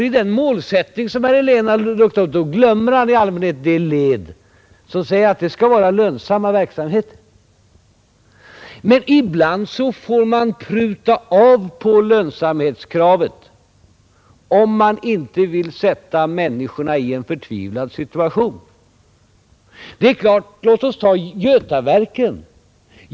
I den målsättning herr Helén dragit upp glömmer han emellertid i allmänhet det led som innebär ett krav på att verksamheten skall vara lönsam. Men ibland får man pruta av på lönsamhetskravet, om man inte vill sätta människorna i en förtvivlad situation. Låt oss t.ex. ta Götaverken.